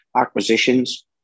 acquisitions